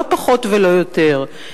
לא פחות ולא יותר.